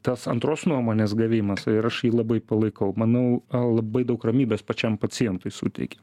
tas antros nuomonės gavimas ir aš jį labai palaikau manau labai daug ramybės pačiam pacientui suteikia